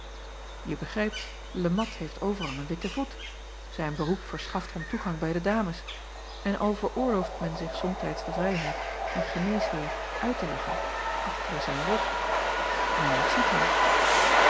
e begrijpt e at heeft overal een witten voet ijn beroep verschaft hem toegang bij de dames en al veroorlooft men zich somtijds de vrijheid een geneesheer uit te lachen achter zijn rug men ontziet hem